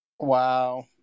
Wow